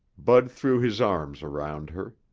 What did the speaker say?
bud threw his arms around her.